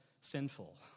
sinful